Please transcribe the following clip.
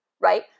right